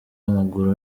w’amaguru